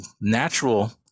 natural